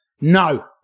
no